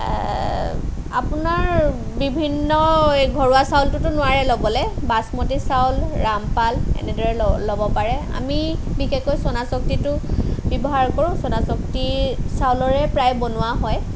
আপোনাৰ বিভিন্ন ঘৰুৱা চাউলটোতো নোৱাৰে ল'বলৈ বাচমতি চাউল ৰামপাল এনেদৰে ল ল'ব পাৰে আমি বিশেষকৈ চ'নাশক্তিটো ব্যৱহাৰ কৰো চ'নাশক্তি চাউলৰে প্ৰায় বনোৱা হয়